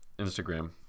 Instagram